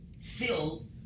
filled